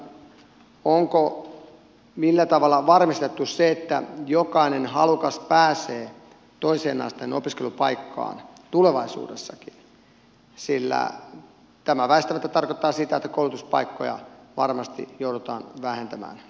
olisin kysynyt ministeriltä millä tavalla on varmistettu se että jokainen halukas pääsee toisen asteen opiskelupaikkaan tulevaisuudessakin sillä tämä väistämättä tarkoittaa sitä että koulutuspaikkoja varmasti joudutaan vähentämään monessakin paikassa